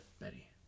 betty